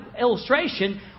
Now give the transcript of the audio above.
illustration